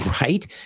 right